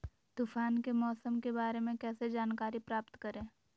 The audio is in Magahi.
तूफान के मौसम के बारे में कैसे जानकारी प्राप्त करें?